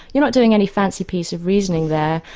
you're not doing any fancy piece of reasoning there,